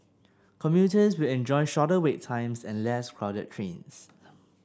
commuters will enjoy shorter wait times and less crowded trains